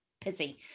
pissy